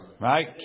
Right